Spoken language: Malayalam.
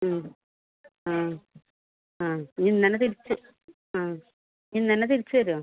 ആ ആ ഇന്ന് തന്നെ തിരിച്ച് ആ ഇന്ന് തന്നെ തിരിച്ചുവരുമോ